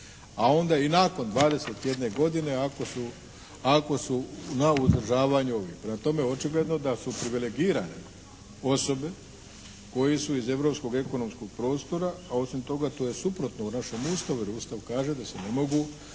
a onda i nakon 21 godine ako su na uzdržavanju … /Govornik se ne razumije./ … Prema tome, očigledno da su privilegirane osobe koje su iz Europskog ekonomskog prostora, a osim toga to je suprotno našem Ustavu jer Ustav kaže da se ne mogu